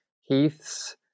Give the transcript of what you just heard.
heaths